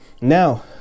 Now